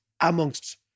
amongst